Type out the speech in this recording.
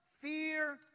fear